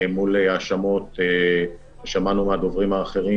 מול האשמות ששמענו מהדוברים האחרים